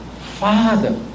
Father